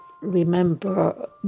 remember